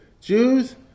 Jews